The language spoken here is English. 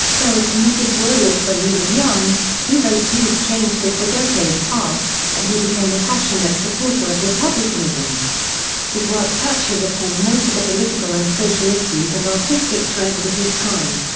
though a committed royalist when he was young, hugo's views changed as the decades passed, and he became a passionate supporter of republicanism his work touches upon most of the political and social issues and artistic trends of his time.